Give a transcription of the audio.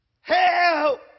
Help